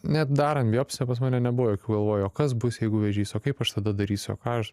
net darant biopsiją pas mane nebuvo jokių galvoj o kas bus jeigu vėžys o kaip aš tada darysiu ką aš